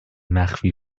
مخفی